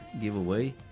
giveaway